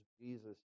Jesus